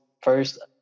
first